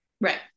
Right